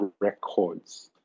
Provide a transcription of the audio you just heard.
records